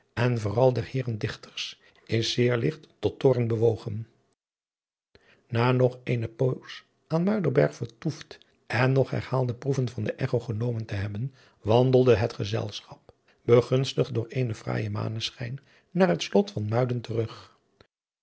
en vooral der heeren dichters is zeer ligt tot toorn bewogen na nog eene poos aan muiderberg vertoesd en nog herhaalde proeven van de echo genomen te hebben wandelde het gezelschap begunstigd door eenen fraaijen maneschijn naar het slot van muiden terug